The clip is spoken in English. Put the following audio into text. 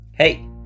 Hey